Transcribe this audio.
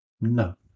No